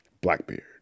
Blackbeard